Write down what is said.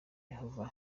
yehova